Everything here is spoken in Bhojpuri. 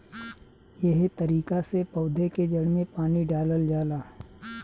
एहे तरिका से पौधा के जड़ में पानी डालल जाला